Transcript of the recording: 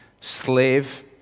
slave